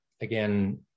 again